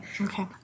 Okay